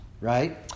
Right